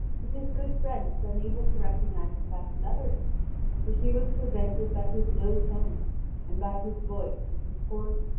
but his good friend was unable to recognise him by his utterance for he was prevented by his low tone and by his voice which was hoarse,